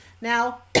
Now